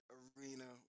arena